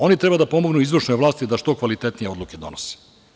Oni treba da pomognu izvršnoj vlasti da što kvalitetnije odluke donose.